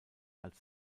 als